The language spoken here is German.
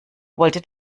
wollte